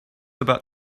about